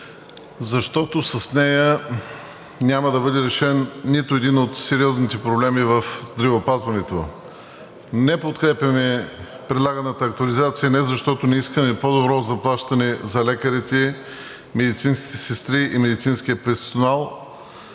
защото с нея няма да бъде решен нито един от сериозните проблеми в здравеопазването. Не подкрепяме предлаганата актуализация не защото не искаме по-добро заплащане за лекарите, медицинските сестри и медицинския персонал,